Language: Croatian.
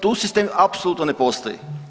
Tu sistem apsolutno ne postoji.